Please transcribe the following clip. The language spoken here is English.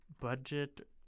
Budget